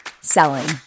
selling